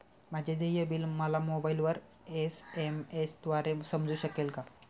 माझे देय बिल मला मोबाइलवर एस.एम.एस द्वारे समजू शकेल का?